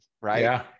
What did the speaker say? right